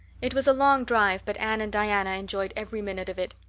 it was a long drive, but anne and diana enjoyed every minute of it.